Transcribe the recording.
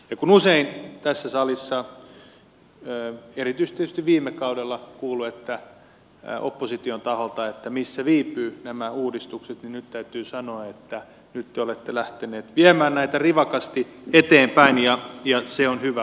ja kun usein tässä salissa erityisesti tietysti viime kaudella on kuullut opposition taholta että missä viipyvät nämä uudistukset niin nyt täytyy sanoa että nyt te olette lähteneet viemään näitä rivakasti eteenpäin ja se on hyvä